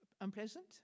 unpleasant